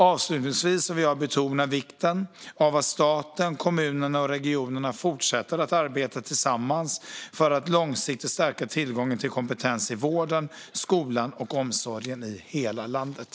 Avslutningsvis vill jag betona vikten av att staten, kommunerna och regionerna fortsätter att arbeta tillsammans för att långsiktigt stärka tillgången till kompetens i vården, skolan och omsorgen i hela landet.